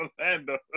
Orlando